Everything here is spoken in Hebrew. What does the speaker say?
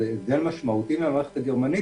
זה הבדל משמעותי מהמערכת הגרמנית.